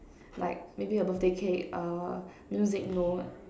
like maybe a birthday cake err music note